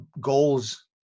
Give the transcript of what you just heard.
goals